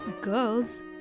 girls